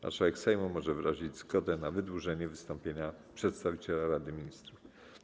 Marszałek Sejmu może wyrazić zgodę na wydłużenie wystąpienia przedstawiciela Rady Ministrów.